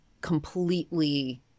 completely